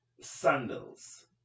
Sandals